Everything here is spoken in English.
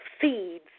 seeds